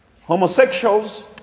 Homosexuals